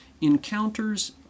Encounters